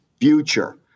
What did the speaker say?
future